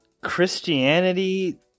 Christianity